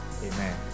Amen